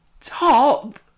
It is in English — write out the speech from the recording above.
Top